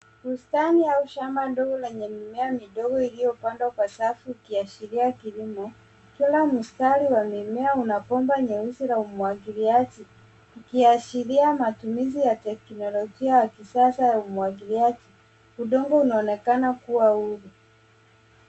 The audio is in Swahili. Bustani au shamba ndogo lenye mimea midogo iliyopandwa kwa safu ikiashiria kilimo . Kila mstari wa mimea una bomba nyeusi la umwagiliaji, ikiashiria matumizi ya teknolojia wa kisasa wa umwagiliaji. Udongo unaonekana kuwa huru.